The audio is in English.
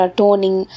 toning